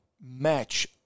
match